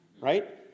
Right